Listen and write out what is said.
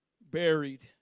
buried